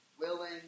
willing